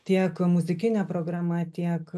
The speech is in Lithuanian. tiek muzikinė programa tiek